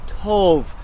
tov